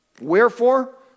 Wherefore